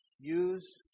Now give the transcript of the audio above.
use